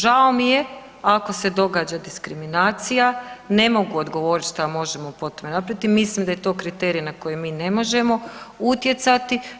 Žao mi je ako se događa diskriminacija, ne mogu odgovorit šta možemo po tome napraviti, mislim da je to kriterij na koji mi ne možemo utjecati.